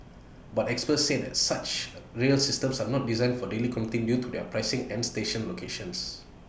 but experts said such rail systems are not designed for daily commuting due to their pricing and station locations